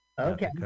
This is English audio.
Okay